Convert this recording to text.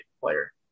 player